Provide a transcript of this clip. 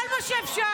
כל מה שאפשר.